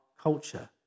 culture